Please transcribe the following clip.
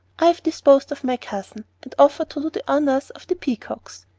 i have disposed of my cousin, and offered to do the honors of the peacocks.